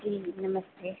जी नमस्ते